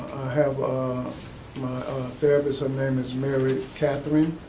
have a therapist, her name is mary kathryn.